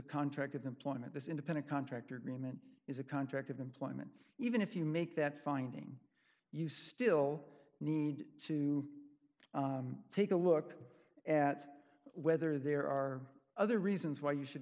contract of employment this independent contractor agreement is a contract of employment even if you make that finding you still need to take a look at whether there are other reasons why you